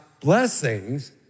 blessings